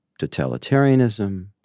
totalitarianism